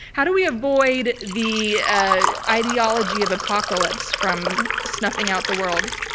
how do we avoid the ah ideology of apocalypse from snuffing out the world?